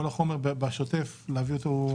כל החומר בשוטף מורכב מאוד להביא אותו.